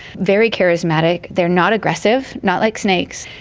very charismatic, they're not aggressive, not like snakes,